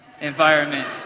environment